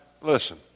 Listen